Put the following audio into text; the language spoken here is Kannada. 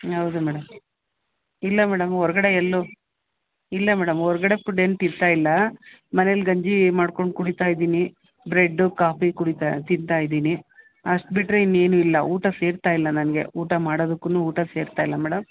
ಹೌದು ಮೇಡಮ್ ಇಲ್ಲ ಮೇಡಮ್ ಹೊರ್ಗಡೆ ಎಲ್ಲೂ ಇಲ್ಲ ಮೇಡಮ್ ಹೊರ್ಗಡೆ ಫುಡ್ ಏನು ತಿಂತ ಇಲ್ಲ ಮನೆಲಿ ಗಂಜಿ ಮಾಡಿಕೊಂಡು ಕುಡೀತ ಇದ್ದೀನಿ ಬ್ರೆಡ್ಡು ಕಾಫಿ ಕುಡೀತ ತಿಂತ ಇದ್ದೀನಿ ಅಷ್ಟು ಬಿಟ್ಟರೆ ಇನ್ನೇನೂ ಇಲ್ಲ ಊಟ ಸೇರ್ತಾ ಇಲ್ಲ ನನಗೆ ಊಟ ಮಾಡದುಕ್ಕು ಊಟ ಸೇರ್ತಾ ಇಲ್ಲ ಮೇಡಮ್